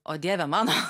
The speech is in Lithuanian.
o dieve mano